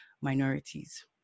minorities